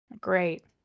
Great